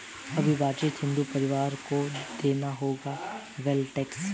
अविभाजित हिंदू परिवारों को देना होगा वेल्थ टैक्स